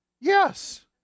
Yes